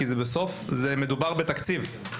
כי בסוף מדובר בתקציב.